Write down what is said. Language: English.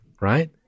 right